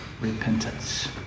repentance